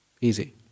easy